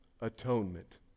atonement